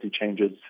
changes